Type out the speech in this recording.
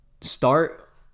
start